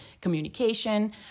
communication